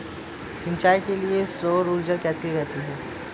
सिंचाई के लिए सौर ऊर्जा कैसी रहती है?